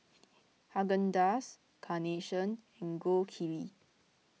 Haagen Dazs Carnation and Gold Kili